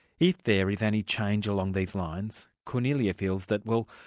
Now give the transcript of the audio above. if there is any change along these lines, kornelia feels that well,